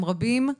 הם רבים,